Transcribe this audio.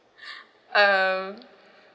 um